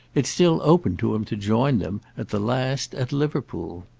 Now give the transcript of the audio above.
it's still open to him to join them, at the last, at liverpool.